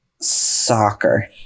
soccer